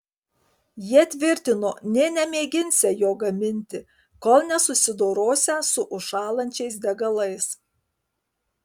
jie tvirtino nė nemėginsią jo gaminti kol nesusidorosią su užšąlančiais degalais